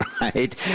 right